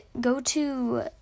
go-to